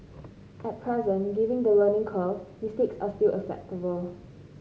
at present given the learning curve mistakes are still acceptable